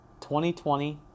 2020